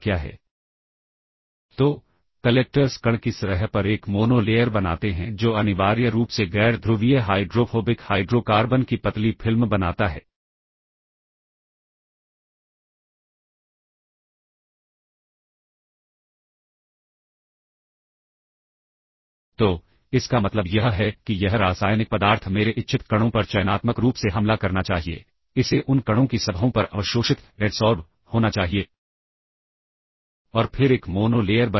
क्योंकि स्टैक में पहले हमने रजिस्टर B और तब रजिस्टर D को से किया है तो पॉपिंग करने समय सबसे पहले मुझे D को पॉप करना पड़ेगा और आखिर में रजिस्टर B पॉप होगा